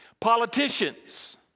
politicians